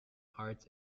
arts